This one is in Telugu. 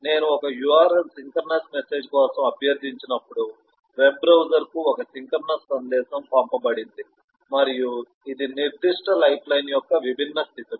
నేను ఒక URL సింక్రోనస్ మెసేజ్ కోసం అభ్యర్థించినప్పుడు వెబ్ బ్రౌజర్కు ఒక సింక్రోనస్ సందేశం పంపబడింది మరియు ఇది నిర్దిష్ట లైఫ్లైన్ యొక్క విభిన్న స్థితులు